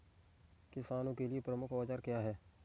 किसानों के लिए प्रमुख औजार क्या हैं?